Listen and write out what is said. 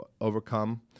overcome